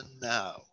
now